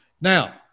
Now